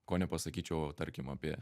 ko nepasakyčiau tarkim apie